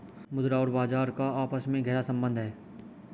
मुद्रा और बाजार का आपस में गहरा सम्बन्ध है